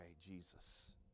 Jesus